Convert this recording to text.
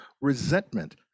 resentment